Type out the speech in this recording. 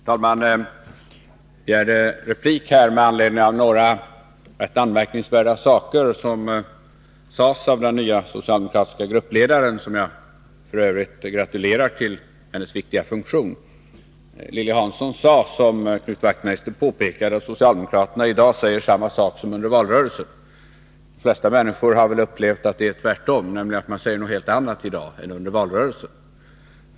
Herr talman! Jag begärde replik med anledning av några rätt anmärkningsvärda saker som sades av den nya socialdemokratiska gruppledaren, som jag f. ö. gratulerar till hennes viktiga funktion. Lilly Hansson sade, som Knut Wachtmeister påpekade, att socialdemokraterna i dag säger samma sak som under valrörelsen. De flesta människor har väl upplevt att det är tvärtom, nämligen att man säger något helt annat i dag än under valrörelsen.